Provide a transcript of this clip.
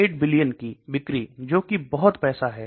148 billion की बिक्री जो की बहुत पैसा है